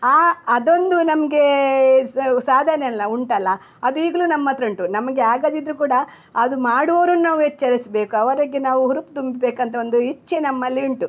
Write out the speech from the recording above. ಆ ಅದೊಂದು ನಮಗೆ ಸಾಧನೆ ಅಲ್ಲ ಉಂಟಲ್ಲ ಅದು ಈಗಲೂ ನಮ್ಮ ಹತ್ರ ಉಂಟು ನಮಗೆ ಆಗದಿದ್ದರೂ ಕೂಡ ಅದು ಮಾಡುವವರನ್ನು ನಾವು ಎಚ್ಚರಿಸ್ಬೇಕು ಅವರಿಗೆ ನಾವು ಹುರುಪು ತುಂಬಬೇಕಂತ ಒಂದು ಇಚ್ಛೆ ನಮ್ಮಲ್ಲಿ ಉಂಟು